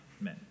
men